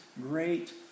great